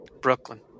brooklyn